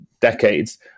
decades